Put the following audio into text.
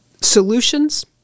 Solutions